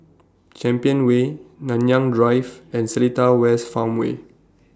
Champion Way Nanyang Drive and Seletar West Farmway